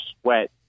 Sweat